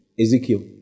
Ezekiel